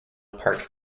park